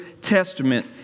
Testament